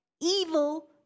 evil